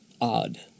odd